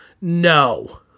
no